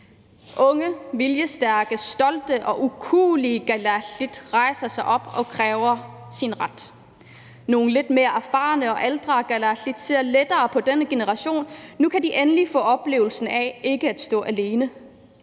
Unge viljestærke, stolte og ukuelige kalaallit/inuit rejser sig op og kræver deres ret. Nogle lidt mere erfarne og ældre kalaallit/inuit ser lettede på denne generation, for nu kan de endelig få oplevelsen af ikke at stå alene.